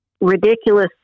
ridiculous